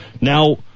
Now